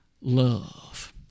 Love